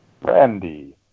brandy